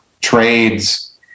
trades